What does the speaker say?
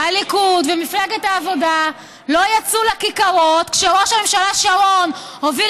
הליכוד ומפלגת העבודה לא יצאו לכיכרות כשראש הממשלה שרון הוביל